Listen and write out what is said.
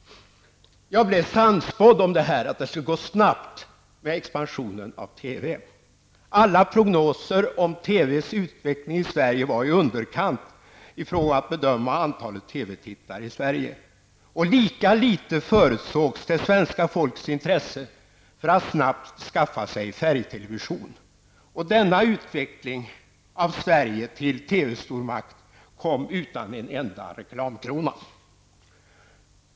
Jag blev sannspådd om att det skulle gå snabbt med expansionen av TV. Alla prognoser om TVs utveckling i Sverige var i underkant i fråga om att bedöma antalet TV-tittare i Sverige. Lika litet förutsågs det svenska folkets intresse för att snabbt skaffa sig färgtelevision. Och denna utveckling av Sverige till TV-stormakt kom utan en enda reklamkrona.